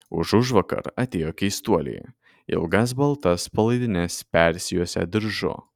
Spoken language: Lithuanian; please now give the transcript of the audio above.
užužvakar atėjo keistuoliai ilgas baltas palaidines persijuosę diržu